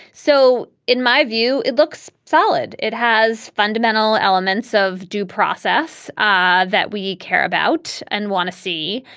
so in my view it looks solid. it has fundamental elements of due process ah that we care about and want to see.